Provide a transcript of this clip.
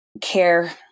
care